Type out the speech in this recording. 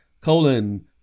colon